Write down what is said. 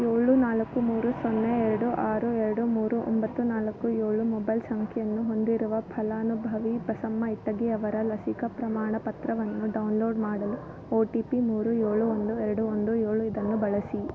ಏಳು ನಾಲ್ಕು ಮೂರು ಸೊನ್ನೆ ಎರಡು ಆರು ಎರಡು ಮೂರು ಒಂಬತ್ತು ನಾಲ್ಕು ಏಳು ಮೊಬೈಲ್ ಸಂಖ್ಯೆಯನ್ನು ಹೊಂದಿರುವ ಫಲಾನುಭವಿ ಬಸಮ್ಮ ಇಟಗಿ ಅವರ ಲಸಿಕಾ ಪ್ರಮಾಣಪತ್ರವನ್ನು ಡೌನ್ಲೋಡ್ ಮಾಡಲು ಒ ಟಿ ಪಿ ಮೂರು ಏಳು ಒಂದು ಎರಡು ಒಂದು ಏಳು ಇದನ್ನು ಬಳಸಿ